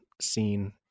scene